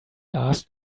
asked